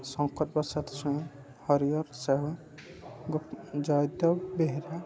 Shankar Prasad Swain Harihar Sahu Jaydev Behera